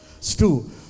Stew